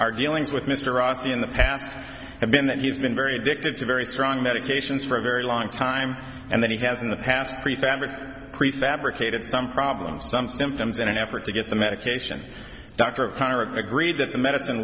our dealings with mr rossi in the past have been that he's been very addicted to very strong medications for a very long time and that he has in the past prefabricated prefabricated some problems some symptoms in an effort to get the medication dr connor agreed that the medicine